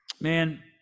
Man